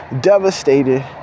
devastated